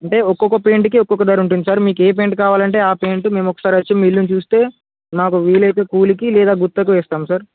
అంటే ఒక్కొక్క పెయింటకి ఒక్కొక్క ధర ఉంటుంది సార్ మీకు ఏ పెయింటు కావాలంటే ఆ పెయింటు మేము ఒకసారి వచ్చి మి ఇల్లుని చూస్తే మాకు వీలయితే కూలికి లేదా గుత్తకు వస్తాం సార్